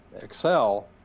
Excel